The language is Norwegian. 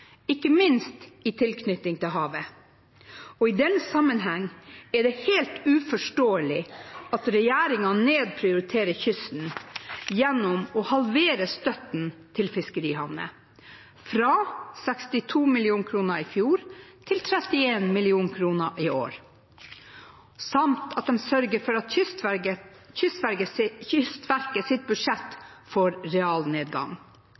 ikke minst i tilknytning til havet. I den sammenheng er det helt uforståelig at regjeringen nedprioriterer kysten gjennom å halvere støtten til fiskerihavner, fra 62 mill. kr i fjor til 31 mill. kr i år, samt at de sørger for at Kystverkets budsjett får realnedgang.